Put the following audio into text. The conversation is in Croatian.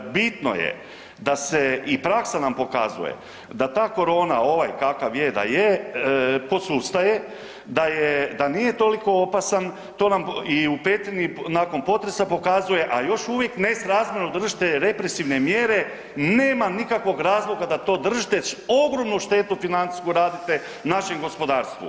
Bitno je da se i praksa nam pokazuje da ta korona ovaj kakav je da je posustaje, da nije toliko opasan, to nam i u Petrinji nakon potresa pokazuje, a još uvijek nesrazmjerno držite represivne mjere, nema nikakvog razloga da to držite, ogromnu štetu financijsku radite našem gospodarstvu.